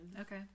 Okay